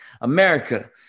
america